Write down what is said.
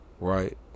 right